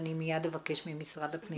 אני מיד אבקש ממשרד הפנים להתייחס.